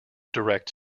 direct